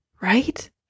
right